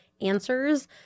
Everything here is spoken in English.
answers